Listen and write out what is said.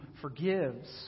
forgives